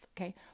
Okay